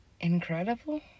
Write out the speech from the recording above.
incredible